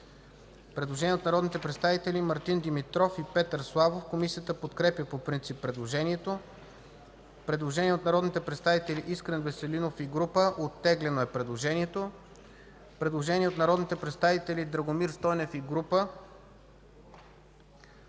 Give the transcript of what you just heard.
Предложение от народните представители Мартин Димитров и Петър Славов. Комисията подкрепя по принцип предложението. Предложение от народния представител Искрен Веселинов и група народни представители. Предложението е оттеглено. Предложение от народния представител Драгомир Стойнев и група